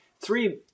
three